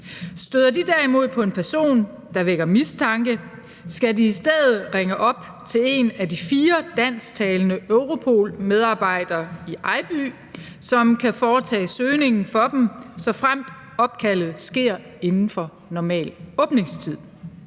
Støder de derimod på en person, der vækker mistanke, skal de i stedet ringe op til en af de fire dansktalende Europol-medarbejdere i Ejby, som kan foretage søgningen for dem, såfremt opkaldet sker inden for normal åbningstid.